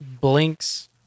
Blinks